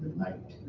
night.